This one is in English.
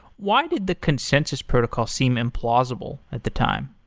why did the consensus protocol seem implausible at the time?